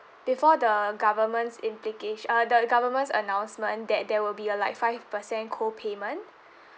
before the government's implica~ uh the government's announcement that there will be a like five percent co-payment